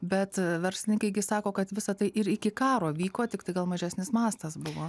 bet verslininkai gi sako kad visa tai ir iki karo vyko tiktai gal mažesnis mastas buvo